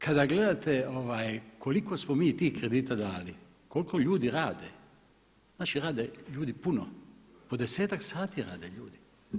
Kada gledate koliko smo mi tih kredita dali, koliko ljudi rade, naši rade ljudi puno, po desetak sati rade ljudi.